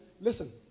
listen